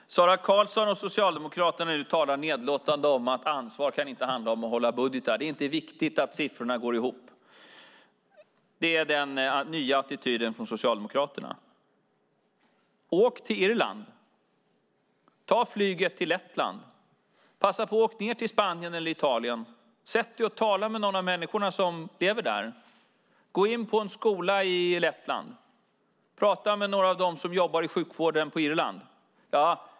Fru talman! Sara Karlsson och Socialdemokraterna talar nedlåtande om att ansvar inte kan handla om att hålla budgetar, att det inte är viktigt att siffrorna går ihop. Det är den nya attityden från Socialdemokraterna. Åk till Irland! Ta flyget till Lettland! Passa på att åka ned till Spanien eller Italien! Sätt dig och tala med någon av människorna som lever där! Gå in på en skola i Lettland! Prata med några av dem som jobbar i sjukvården på Irland!